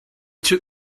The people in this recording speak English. took